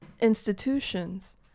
institutions